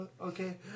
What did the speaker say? Okay